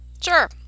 Sure